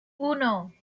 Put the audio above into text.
uno